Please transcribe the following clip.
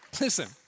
Listen